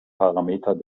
parameter